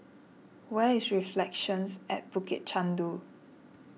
where is Reflections at Bukit Chandu